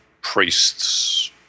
priests